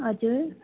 हजुर